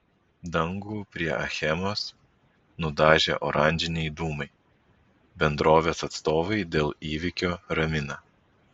dangų prie achemos nudažė oranžiniai dūmai bendrovės atstovai dėl įvykio ramina